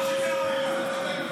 מה שקרה כאן.